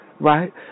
right